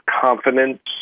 confidence